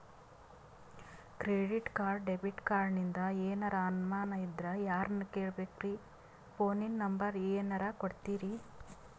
Credit card, debit ಕಾರ್ಡಿಂದ ಏನರ ಅನಮಾನ ಇದ್ರ ಯಾರನ್ ಕೇಳಬೇಕ್ರೀ, ಫೋನಿನ ನಂಬರ ಏನರ ಕೊಡ್ತೀರಿ?